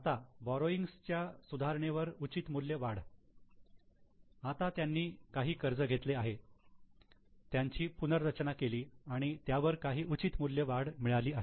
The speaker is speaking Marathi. आता बोरोइंग्स च्या सुधारणेवर उचित मूल्य वाढ आता त्यांनी काही कर्ज घेतले आहेत त्यांची पुनर्रचना केली आणि त्यावर काही उचित मूल्य वाढ मिळाली आहे